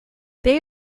they